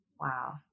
Wow